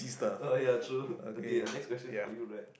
oh ya true okay your next question's for you right